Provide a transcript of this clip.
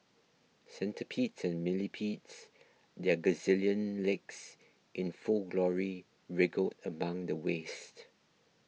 centipedes and millipedes their gazillion legs in full glory wriggled among the waste